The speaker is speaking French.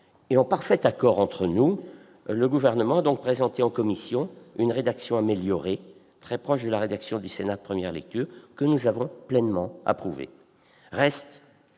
En parfait accord entre nous, le Gouvernement a donc présenté en commission une rédaction améliorée, très proche de la rédaction du Sénat de première lecture, que nous avons pleinement approuvée.